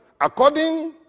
according